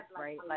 right